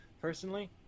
personally